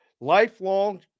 lifelong